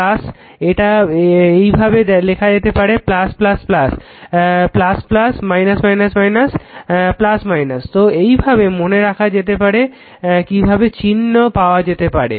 তো এইভাবে লেখা যেতে পারে তো এইভাবে মনে রাখা যেতে পারে কিভাবে চিহ্ন পাওয়া যেতে পারে